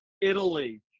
Italy